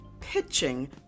pitching